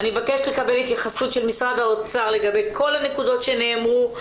אני מבקשת לקבל התייחסות של משרד האוצר לגבי כל הנקודות שנאמרו,